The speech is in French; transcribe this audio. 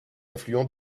affluent